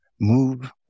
move